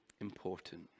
important